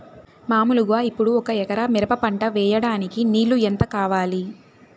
మామూలుగా ఇప్పుడు ఒక ఎకరా మిరప పంట వేయడానికి నీళ్లు ఎంత కావాలి?